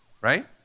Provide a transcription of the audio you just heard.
right